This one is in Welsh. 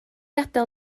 adael